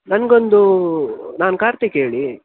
ನನಗೊಂದು ನಾನು ಕಾರ್ತಿಕ್ ಹೇಳಿ